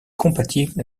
compatible